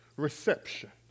reception